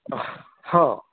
हँ